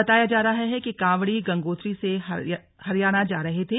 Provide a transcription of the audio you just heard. बताया जा रहा है कि कांवड़ी गंगोत्री से हरियाणा जा रहे थे